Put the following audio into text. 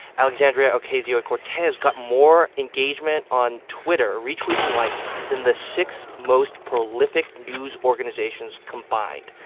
alexandria ocasio-cortez got more engagement on twitter retweets and likes than the six most prolific news organizations combined.